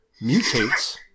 mutates